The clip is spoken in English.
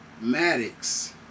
Maddox